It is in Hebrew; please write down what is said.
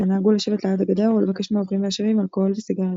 והן נהגו לשבת ליד הגדר ולבקש מהעוברים והשבים אלכוהול וסיגריות.